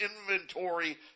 inventory